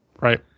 Right